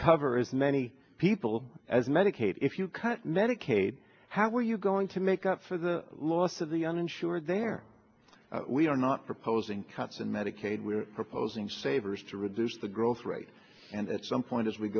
cover as many people as medicaid if you cut medicaid how are you going to make up for the lost of the uninsured there we are not proposing cuts in medicaid we are proposing savers to reduce the growth rate and at some point as we